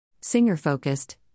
Singer-focused